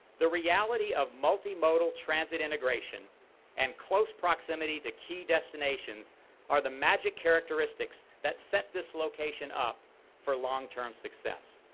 the reality of multi-modal transit integration and close proximity to key destinations are the magic characteristics that set this location up for long term success.